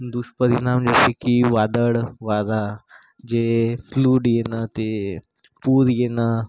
दुष्परिणाम जसे की वादळं वारा जे फ्लूड येणं ते पूर येणं